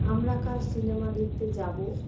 আমরা কাল সিনেমা দেখতে যাব